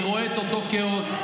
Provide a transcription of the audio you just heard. רואה את אותו כאוס,